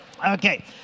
Okay